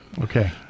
Okay